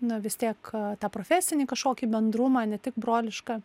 na vis tiek tą profesinį kažkokį bendrumą ne tik brolišką